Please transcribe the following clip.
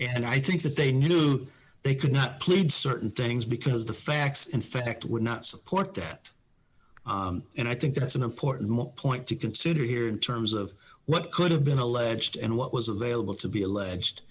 and i think that they knew they could not plead certain things because the facts in fact would not support that and i think that's an important point to consider here in terms of what could have been alleged and what was available to be alleged